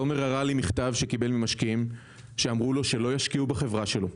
תומר הראה לי מכתב שקיבל ממשקיעים שאמרו לו שלא ישקיעו בחברה שלו.